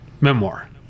memoir